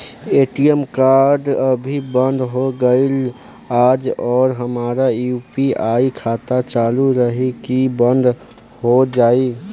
ATM card अभी बंद हो गईल आज और हमार यू.पी.आई खाता चालू रही की बन्द हो जाई?